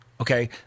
Okay